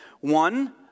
One